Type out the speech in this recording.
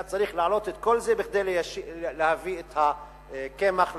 היה צריך לעלות את כל זה כדי להביא את הקמח ליישוב,